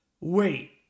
wait